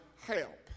help